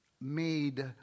made